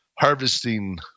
harvesting